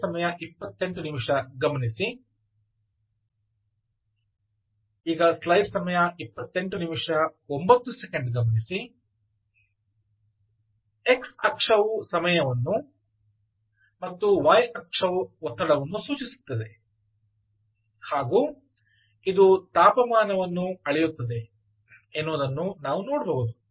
X ಅಕ್ಷವು ಸಮಯವನ್ನು ಮತ್ತು y ಅಕ್ಷವು ಒತ್ತಡವನ್ನು ಸೂಚಿಸುತ್ತದೆ ಹಾಗು ಇದು ತಾಪಮಾನವನ್ನು ಅಳೆಯುತ್ತದೆ ಎನ್ನುವುದನ್ನು ನಾವು ನೋಡಬಹುದು